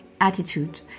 Attitude